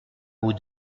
aux